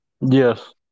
Yes